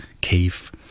cave